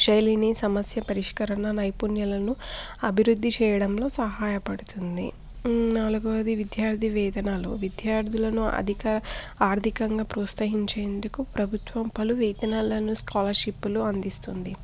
శైలిని సమస్య పరిష్కరణ నైపుణ్యలను అభివృద్ధి చేయడంలో సహాయపడుతుంది నాలుగవది విద్యార్థి వేతనాలు విద్యార్థులను అధిక ఆర్థికంగా ప్రోత్సహించేందుకు ప్రభుత్వం పలు వేతనాలను స్కాలర్షిప్పులు అందిస్తుంది